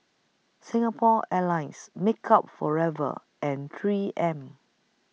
Singapore Airlines Makeup Forever and three M